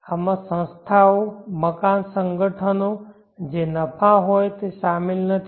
આમાં સંસ્થાઓ મકાન સંગઠનોને જે નફા હોય તે શામેલ નથી